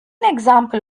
example